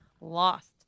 lost